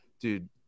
Dude